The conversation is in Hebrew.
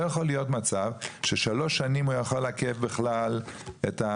לא יכול להיות מצב ששלוש שנים הוא יכול לעכב את האישור.